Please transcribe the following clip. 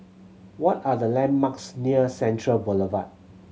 what are the landmarks near Central Boulevard